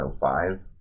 105